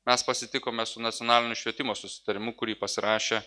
mes pasitikome su nacionaliniu švietimo susitarimu kurį pasirašė